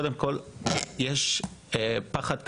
קודם כל, יש פחד כפול.